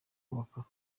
tukaba